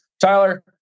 Tyler